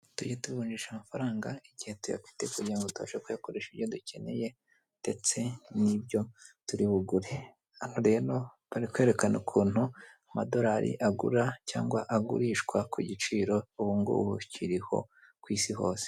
Tujya tuvunjisha amafaranga igihe tuyafite kugira ngo tubashe kuyakoresha ibyo dukeneye, ndetse n'ibyo turi bugure, hano rero bari kwerekana ukuntu amadorari agura cyangwa agurishwa ku giciro ubu ngubu kiriho ku isi hose.